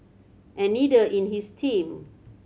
and neither in his team